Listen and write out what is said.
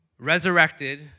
resurrected